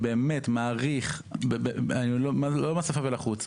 לא מהשפה ולחוץ,